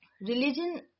Religion